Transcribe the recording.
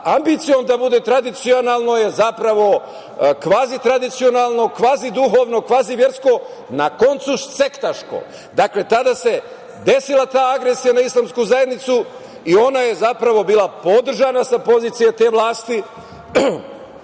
ambicijom da bude tradicionalno je zapravo kvazi tradicionalno, kvazi duhovno, kvazi versko, na koncu sektaško. Dakle, tada se desila ta agresija na Islamsku zajednicu i ona je zapravo bila podržana sa pozicije te vlasti,